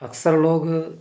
अक्सर लोग